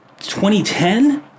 2010